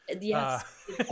Yes